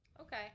Okay